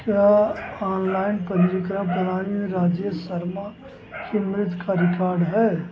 क्या ऑनलाइन पन्जीकरण प्रणाली में राजेश शर्मा की मृत का रिकॉर्ड है